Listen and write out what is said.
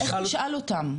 איך תשאל אותם?